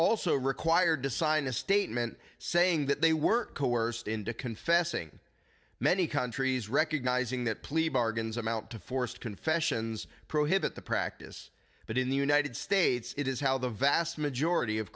required to sign a statement saying that they were coerced into confessing many countries recognizing that plea bargains amount to forced confessions prohibit the practice but in the united states it is how the vast majority of